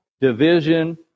division